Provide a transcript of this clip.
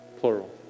Plural